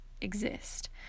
exist